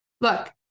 Look